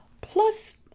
plus